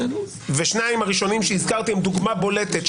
והשניים הראשונים שהזכרתי הם דוגמה בולטת,